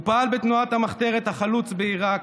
הוא פעל בתנועת המחתרת החלוץ בעיראק,